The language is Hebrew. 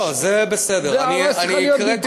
לא, לא, זה בסדר, זו הערה שצריכה להיות במקומה.